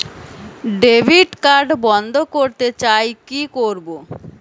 Debit card বন্ধ করতে চাই কি করব?